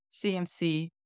CMC